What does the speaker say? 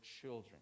children